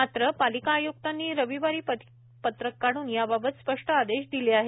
मात्र पालिका आयुक्तांनी रविवारी परिपत्रक काढून याबाबत स्पष्ट आदेश दिले आहेत